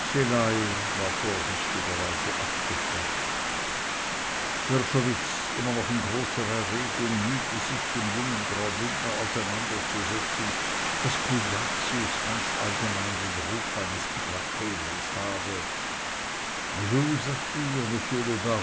war vorsichtigerweise abgeschwenkt wrschowitz immer noch in großer erregung mühte sich dem jungen graubündner auseinanderzusetzen daß cujacius ganz allgemein den ruf eines krakeelers habe